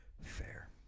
fair